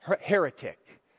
heretic